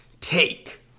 Take